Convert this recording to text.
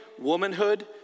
womanhood